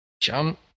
jump